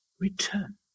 return